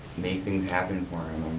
make things happen for him.